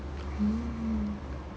mmhmm